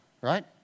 right